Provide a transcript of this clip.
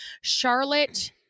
Charlotte